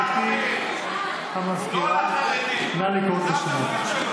גברתי המזכירה, נא לקרוא את השמות.